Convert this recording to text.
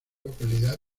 localidad